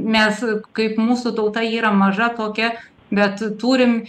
mes kaip mūsų tauta yra maža tokia bet turim